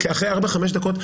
ארבע-חמש דקות,